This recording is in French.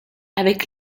avec